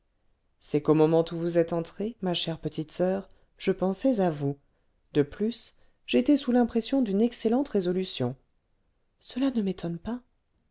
c'est qu'au moment où vous êtes entrée ma chère petite soeur je pensais à vous de plus j'étais sous l'impression d'une excellente résolution cela ne m'étonne pas